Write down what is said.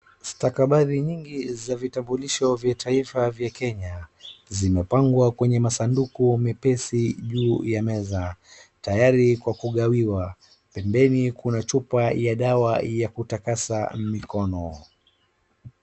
Stakabadhi nyingi za vitamulisho vya taifa vya Kenya. Zimepangwa kwenye masanduku mepesi juu ya meza, tayari kwa kugawiwa. Pembeni kuna chupa ya dawa ya kutakasa mikono.